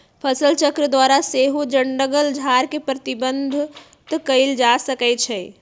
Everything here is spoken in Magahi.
फसलचक्र द्वारा सेहो जङगल झार के प्रबंधित कएल जा सकै छइ